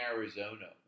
Arizona